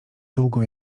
długo